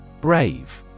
Brave